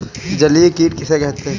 जलीय कीट किसे कहते हैं?